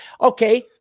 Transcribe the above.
Okay